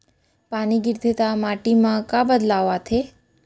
पानी गिरथे ता माटी मा का बदलाव आथे?